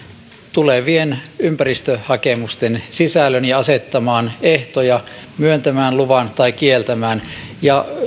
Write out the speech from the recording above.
tulevien ympäristöhakemusten sisällön ja asettamaan ehtoja myöntämään luvan tai kieltämään